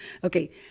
Okay